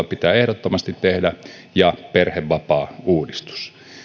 pitää ehdottomasti tehdä ja samoin perhevapaauudistus